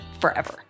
forever